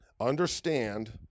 understand